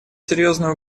серьезную